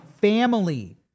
family